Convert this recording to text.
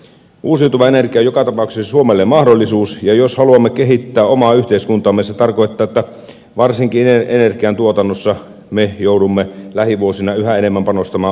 uusiutuva energia on joka tapauksessa suomelle mahdollisuus ja jos haluamme kehittää omaa yhteiskuntaamme se tarkoittaa että varsinkin energiantuotannossa me joudumme lähivuosina yhä enemmän panostamaan omiin raaka aineisiin